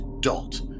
dot